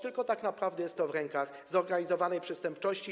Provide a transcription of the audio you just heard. Tak naprawdę jest to w rękach zorganizowanej przestępczości.